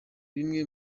bimwe